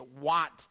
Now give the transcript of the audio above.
want